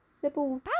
Sybil